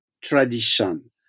tradition